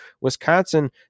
wisconsin